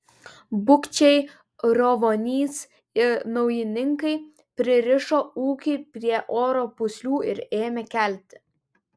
bukčiai riovonys ir naujininkai pririšo ūkį prie oro pūslių ir ėmė kelti